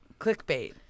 Clickbait